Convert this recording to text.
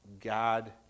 God